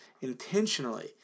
intentionally